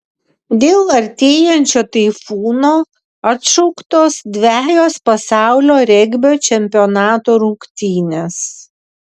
dėl artėjančio taifūno atšauktos dvejos pasaulio regbio čempionato rungtynės